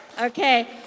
Okay